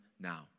now